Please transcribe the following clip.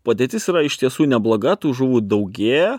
padėtis yra iš tiesų nebloga tų žuvų daugėja